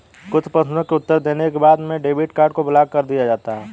कुछ प्रश्नों के उत्तर देने के बाद में डेबिट कार्ड को ब्लाक कर दिया जाता है